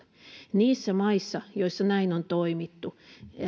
niissä maissa joissa näin on toimittu